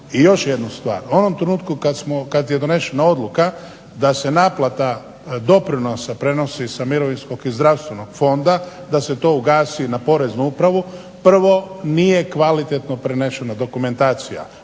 I još jednu stvar, u onom trenutku kad je donesena odluka da se naplata doprinosa prenosi sa mirovinskog i zdravstvenog fonda, da se to ugasi na Poreznu upravu prvo nije kvalitetno prenesena dokumentacija,